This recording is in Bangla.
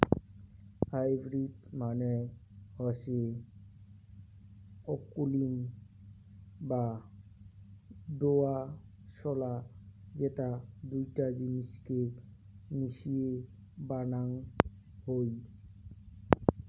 হাইব্রিড মানে হসে অকুলীন বা দোআঁশলা যেটা দুইটা জিনিসকে মিশিয়ে বানাং হই